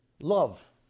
Love